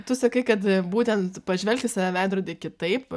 tu sakai kad būtent pažvelk į save veidrody kitaip